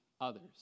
others